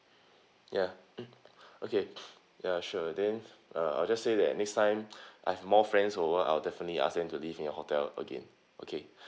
ya mm okay ya sure then ah I'll just say that next time I have more friends who want I'll definitely ask them to live in your hotel again okay